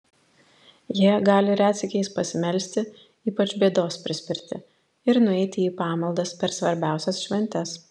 jie gali retsykiais pasimelsti ypač bėdos prispirti ir nueiti į pamaldas per svarbiausias šventes